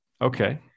Okay